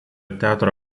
teatro